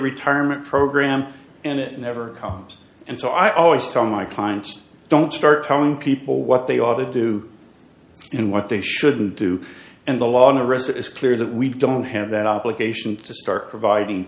retirement program and it never comes and so i always tell my clients don't start telling people what they ought to do and what they shouldn't do and the law the rest of it's clear that we don't have that obligation to start providing